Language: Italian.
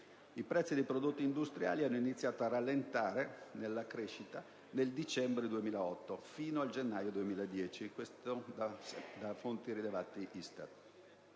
prezzi dei prodotti industriali ha iniziato a rallentare nel dicembre 2008 fino al gennaio 2010.